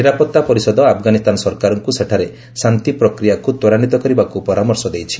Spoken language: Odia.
ନିରାପତ୍ତା ପରିଷଦ ଆଫଗାନିସ୍ଥାନ ସରକାରଙ୍କୁ ସେଠାରେ ଶାନ୍ତି ପ୍ରକ୍ରିୟାକୁ ତ୍ୱରାନ୍ଧିତ କରିବାକୁ ପରାମର୍ଶ ଦେଇଛି